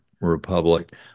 Republic